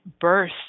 birth